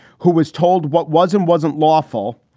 who was told what wasn't wasn't lawful,